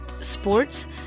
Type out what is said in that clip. Sports